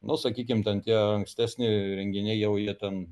nu sakykim ten tie ankstesni renginiai jau jie ten